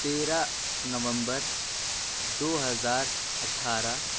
تیرہ نومبر دو ہزار اٹھارہ